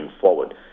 forward